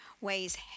weighs